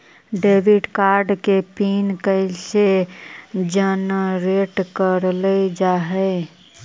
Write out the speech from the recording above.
Debit card के PIN कैसे generate करल जाहै?